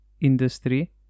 industry